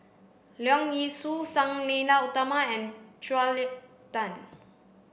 Leong Yee Soo Sang Nila Utama and Julia Tan